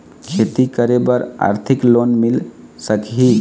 खेती करे बर आरथिक लोन मिल सकही?